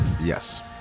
Yes